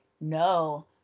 No